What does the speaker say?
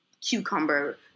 cucumber